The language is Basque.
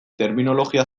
terminologia